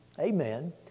amen